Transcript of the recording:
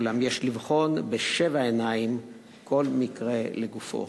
אולם יש לבחון בשבע עיניים כל מקרה לגופו.